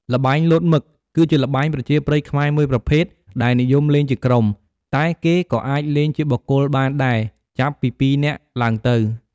ល្បែងលោតមឹក គឺជាល្បែងប្រជាប្រិយខ្មែរមួយប្រភេទដែលនិយមលេងជាក្រុម តែគេក៏អាចលេងជាបុគ្គលបានដែរចាប់ពីពីរនាក់ឡើងទៅ។